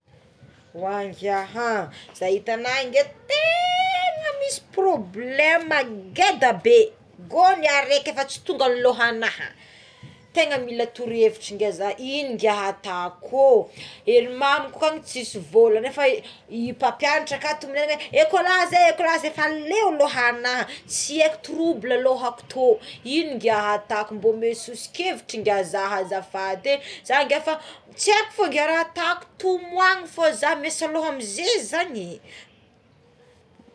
O ngia za itagnao io ngia tegna misy problema ngeda be gôny araiky efa tsy tongan'ny lohana tegna mila torohevitra ngia zaha igno ngia ataoko o ery mamako any tsisy vola nefa i mpampianatra akato mignenana hoe ekolazy é ekolazy é efa leo lohana tsy aiko trobla lohako io igno ngia ataoko mba omeo sosokevitra ngia za azafady é, za ngia tsy aiko fogna ngia raha ataoko fa tomoagny fôgna za miasa loha amizay zagny.